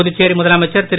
புதுச்சேரிமுதலமைச்சர்திரு